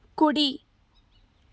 కుడి